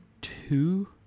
two